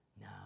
No